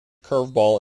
curveball